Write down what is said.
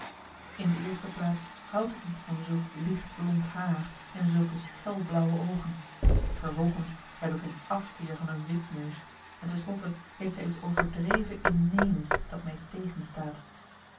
in de eerste plaats houd ik niet van zulk licht blond haar en zulke schel blauwe oogen vervolgens heb ik een marcellus emants een drietal novellen afkeer van een wipneus en ten slotte heeft zij iets overdreven innemends dat mij